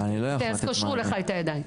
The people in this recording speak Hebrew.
קשרו לך את הידיים.